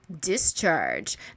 discharge